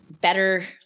better